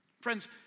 Friends